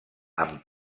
amb